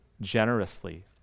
generously